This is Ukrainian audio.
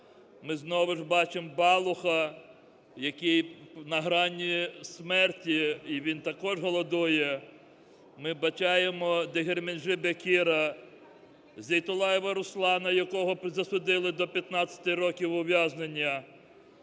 Ми знову бачимо Балуха, який на грані смерті, і він також голодує. Ми бачимо Дегерменджи Бекіра, Зейтулаєва Руслана, якого засудили до 15 років ув'язнення.